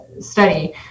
study